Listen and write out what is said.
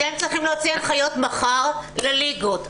אתם צריכים להוציא הנחיות מחר לליגות,